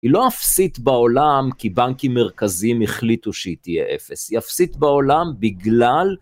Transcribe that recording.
היא לא אפסית בעולם כי בנקים מרכזיים החליטו שהיא תהיה אפס, היא אפסית בעולם בגלל...